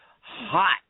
hot